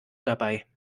dabei